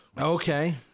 Okay